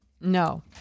No